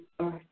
earth